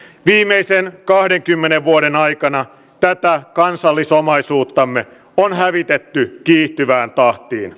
viimeisen kahdenkymmen vuoden aikana tätä kansallisomaisuuttamme on hävitetty kiihtyvään tahtiin